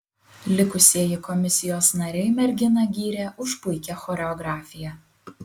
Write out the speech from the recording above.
likusieji komisijos nariai merginą gyrė už puikią choreografiją